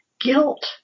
guilt